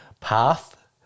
path